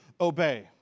obey